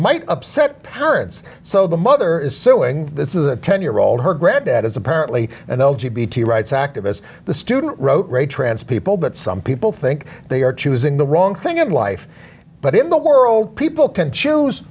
might upset parents so the mother is suing this is a ten year old her granddad is apparently and those rights activists the student wrote re trans people but some people think they are choosing the wrong thing of life but in the world people can choose